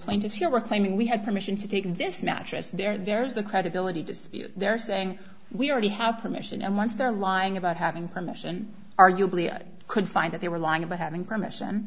plaintiffs here were claiming we had permission to take this mattress there there's the credibility dispute they're saying we already have permission and once they're lying about having permission arguably i could find that they were lying about having permission